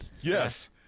Yes